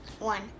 One